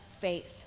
faith